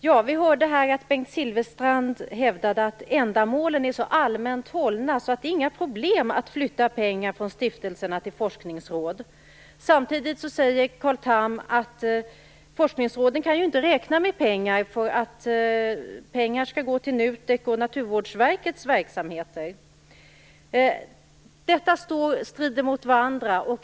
Fru talman! Bengt Silfverstrand hävdade att ändamålen är så allmänt hållna att det inte är något problem att flytta pengar från stiftelserna till forskningsråden. Samtidigt säger Carl Tham att forskningsråden inte kan räkna med några pengar, eftersom de skall gå till NUTEK:s och Naturvårdsverkets verksamheter. Detta strider mot varandra.